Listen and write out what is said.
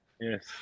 Yes